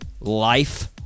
Life